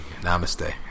Namaste